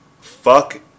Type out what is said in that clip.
fuck